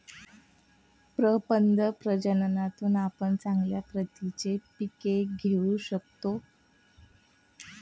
प्रपद प्रजननातून आपण चांगल्या प्रतीची पिके घेऊ शकतो